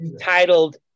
titled